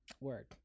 word